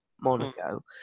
Monaco